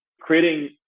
creating